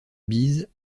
bise